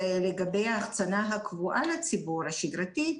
ולגבי החצנה הקבועה לציבור, השגרתית,